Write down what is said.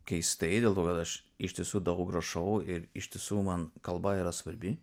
keistai dėl to kad aš iš tiesų daug rašau ir ištisų man kalba yra svarbi